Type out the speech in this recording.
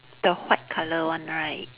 the white colour one right